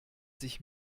sich